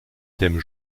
thème